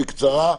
בקצרה.